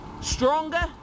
stronger